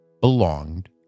belonged